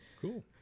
Cool